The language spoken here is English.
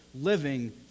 living